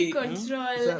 control